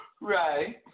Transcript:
Right